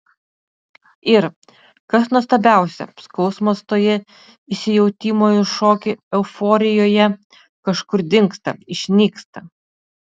ir kas nuostabiausia skausmas toje įsijautimo į šokį euforijoje kažkur dingsta išnyksta